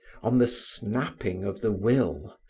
on the snapping of the will,